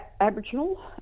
Aboriginal